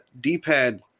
d-pad